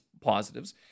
positives